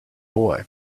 boy